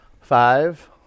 Five